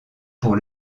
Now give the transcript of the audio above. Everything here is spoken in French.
pour